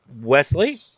Wesley